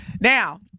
Now